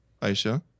Aisha